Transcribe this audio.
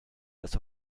las